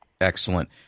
Excellent